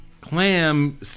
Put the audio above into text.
clam